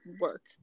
work